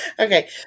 Okay